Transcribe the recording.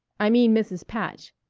i mean mrs. patch.